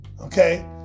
Okay